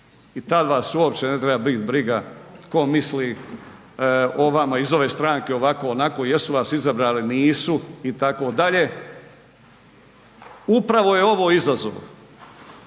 i tad vas uopće ne treba bit briga tko misli o vama iz ove stranke ovako, onako, jesu vas izabrali, nisu itd., upravo je ovo izazov.